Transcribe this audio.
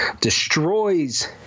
destroys